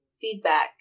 feedback